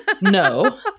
no